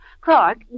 Clark